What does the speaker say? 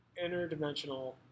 interdimensional